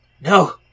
no